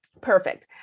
Perfect